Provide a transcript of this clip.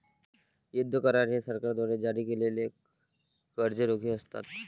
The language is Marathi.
युद्ध करार हे सरकारद्वारे जारी केलेले कर्ज रोखे असतात